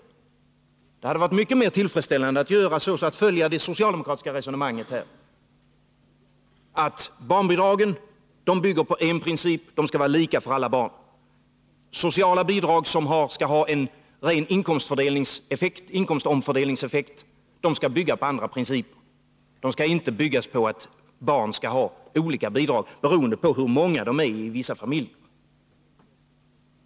4 juni 1981 Det hade varit mycket mer tillfredsställande att följa det socialdemokratiska resonemanget, att barnbidragen bygger på en princip — det skall vara lika för alla barn. Sociala bidrag som skall ha en ren inkomstomfördelningseffekt skall bygga på andra principer — de skall inte byggas på att barn skall ha olika bidrag beroende på hur många de är i vissa familjer.